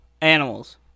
Animals